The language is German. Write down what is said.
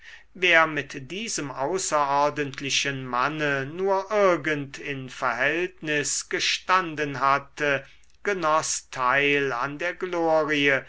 wer mit diesem außerordentlichen manne nur irgend in verhältnis gestanden hatte genoß teil an der glorie